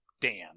dan